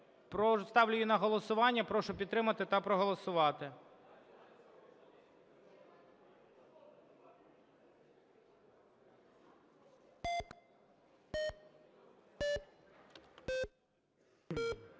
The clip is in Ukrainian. Ставлю її на голосування. Прошу підтримати та проголосувати.